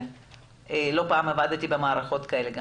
לא פעם עבדתי במערכות כאלה.